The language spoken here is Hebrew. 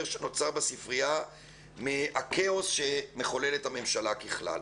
שנוצר בספרייה מהכאוס שמחוללת הממשלה ככלל.